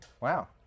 Wow